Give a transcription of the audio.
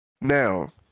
Now